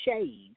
shade